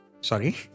Sorry